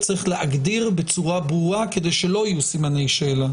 להגדיר בצורה ברורה כדי שלא יהיו סימני שאלה